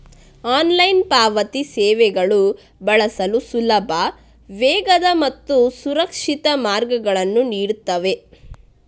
online ಪಾವತಿ ಸೇವೆಗಳು ಬಳಸಲು ಸುಲಭ, ವೇಗದ ಮತ್ತು ಸುರಕ್ಷಿತ ಮಾರ್ಗಗಳನ್ನು ನೀಡುತ್ತವೆ